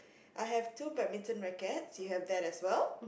I have two badminton rackets you have that as well